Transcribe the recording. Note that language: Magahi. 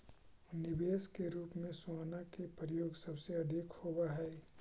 निवेश के रूप में सोना के प्रयोग सबसे अधिक होवऽ हई